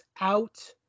out